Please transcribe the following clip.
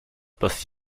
dass